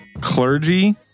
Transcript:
clergy